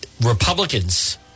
Republicans